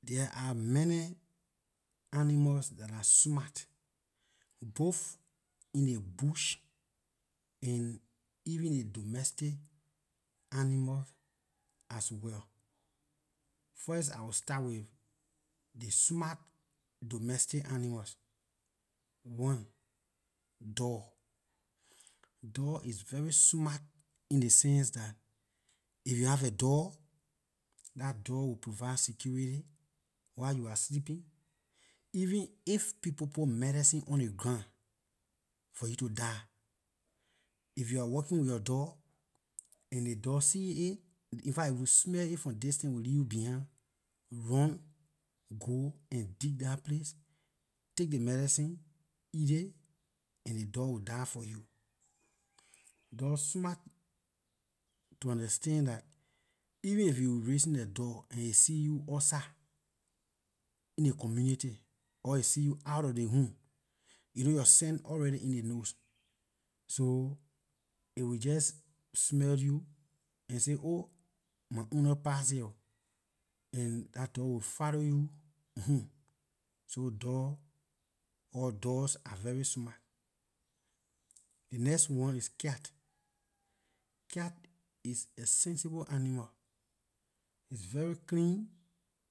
There are many animals dah are smart, both in ley bush and even the domestic animal as well, first I will start with the smart domestic animals, one, dog, dog is very smart in ley sense that, if you have a dog, dah dog will provide security while you are sleeping even if people put medicine on ley ground for you to die, if you are walking with yor dog and ley dog seeing it infact it will smell it from distance it will leave you behind run go and dig dah place take ley medicine eat it and ley dog will die for you. Dog smart to an extend dat even if you raising a dog and it see you outside in ley community or it see you out of ley home you know yor scent already in ley nose so it will just smell you and say oh my ownlor passed here oo and dah dog will follow you home so dog or dogs are very smart. The next one is cat, cat is a sensible animal it's very clean